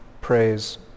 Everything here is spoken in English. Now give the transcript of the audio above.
praise